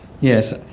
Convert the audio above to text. yes